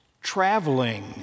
traveling